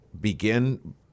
begin